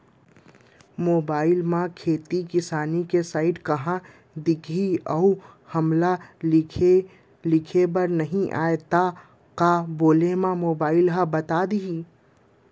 Mobile म खेती किसानी के साइट कहाँ दिखही अऊ हमला लिखेबर नई आय त का बोले म मोबाइल ह बता दिही?